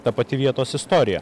ta pati vietos istorija